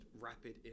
rapid